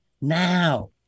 now